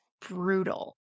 brutal